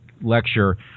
lecture